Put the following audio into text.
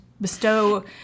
bestow